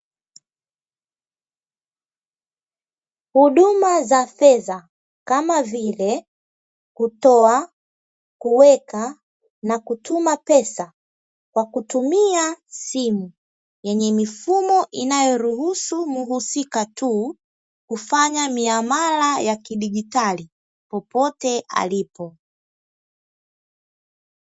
Huduma za fedha kama vile; kutoa, kueka na kutuma pesa kwa kutumia simu yenye mifumo inayoruhusu muhusika tu kufanya miamala ya kidigitaji popote alipo.